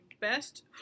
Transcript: best